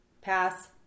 Pass